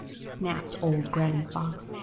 snapped old granny fox,